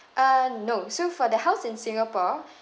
uh no so for the house in singapore